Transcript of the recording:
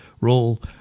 role